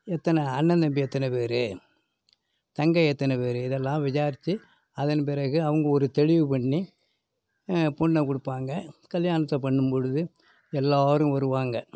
எத்தனை அண்ணன் தம்பி எத்தனை பேர் தங்கை எத்தன பேர் இதெல்லாம் விசாரிச்சி அதன் பிறகு அவங்க ஒரு தெளிவு பண்ணி பொண்ணை கொடுப்பாங்க கல்யாணத்தை பண்ணும் பொழுது எல்லோரும் வருவாங்க